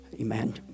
amen